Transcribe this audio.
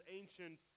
ancient